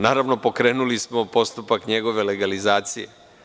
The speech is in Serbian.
Naravno, pokrenuli smo postupak njegove legalizacije.